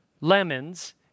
lemons